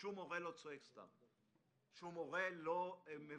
שום הורה לא צועק סתם,